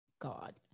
God